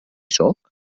sóc